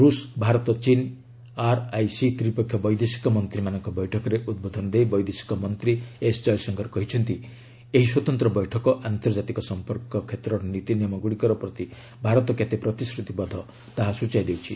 ରୁଷ ଭାରତ ଚୀନ୍ ଆର୍ଆଇସି ତ୍ରୀପକ୍ଷିୟ ବୈଦେଶିକ ମନ୍ତ୍ରୀମାନଙ୍କ ବୈଠକରେ ଉଦ୍ବୋଧନ ଦେଇ ବୈଦେଶିକ ମନ୍ତ୍ରୀ ଏସ୍ ଜୟଶଙ୍କର କହିଛନ୍ତି ଏହି ସ୍ୱତନ୍ତ୍ର ବୈଠକ ଆନ୍ତର୍ଜାତିକ ସମ୍ପର୍କ କ୍ଷେତ୍ରର ନୀତିନିୟମଗୁଡ଼ିକ ପ୍ରତି ଭାରତ କେତେ ପ୍ରତିଶ୍ରତିବଦ୍ଧ ତାହା ସୂଚାଇ ଦେଉଛି